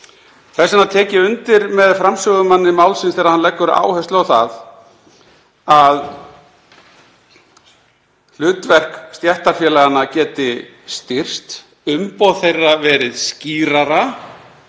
Þess vegna tek ég undir með framsögumanni málsins þegar hann leggur áherslu á að hlutverk stéttarfélaganna geti styrkst, umboð þeirra orðið skýrara,